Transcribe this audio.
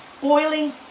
boiling